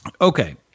okay